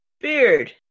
Beard